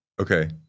Okay